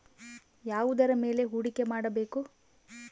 ಯಾವುದರ ಮೇಲೆ ಹೂಡಿಕೆ ಮಾಡಬೇಕು?